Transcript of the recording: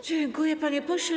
Dziękuję, panie pośle.